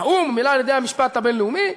האו"ם וממילא על-ידי המשפט הבין-לאומי.